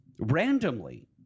randomly